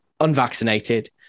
unvaccinated